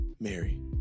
Mary